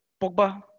Pogba